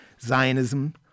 Zionism